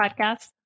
podcast